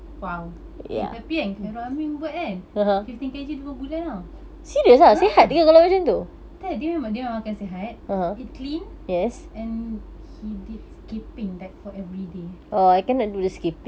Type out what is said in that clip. !wow! eh tapi kan khairul aming buat kan fifteen K_G dua bulan [tau] ah tak dia memang dia memang makan sihat eat clean and he did skipping like for every day